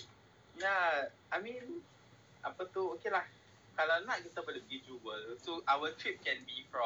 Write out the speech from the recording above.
ya I mean apa tu okay lah kalau nak kita pergi cuba so our trip can be from